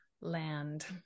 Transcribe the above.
land